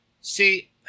see